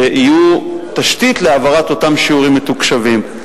שיהיו תשתית להעברת אותם שיעורים מתוקשבים.